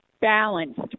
Balanced